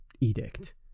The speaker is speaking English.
edict